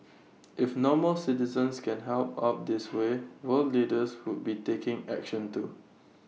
if normal citizens can help out this way world leaders would be taking action too